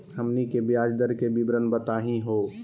हमनी के ब्याज दर के विवरण बताही हो?